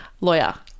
lawyer